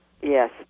Yes